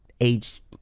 age